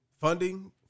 Funding